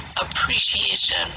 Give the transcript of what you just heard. appreciation